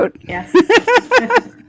Yes